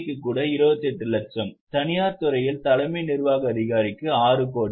க்கு கூட 28 லட்சம் தனியார் துறையில் தலைமை நிர்வாக அதிகாரிக்கு 6 கோடி